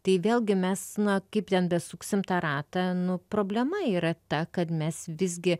tai vėlgi mes na kaip ten besuksim tą ratą nu problema yra ta kad mes visgi